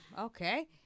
okay